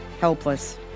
helpless